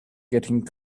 getting